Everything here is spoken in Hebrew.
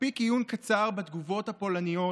מספיק עיון קצר בתגובות הפולניות